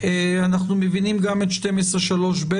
אנחנו מבינים גם את 12(א)(3ב),